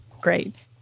great